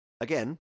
again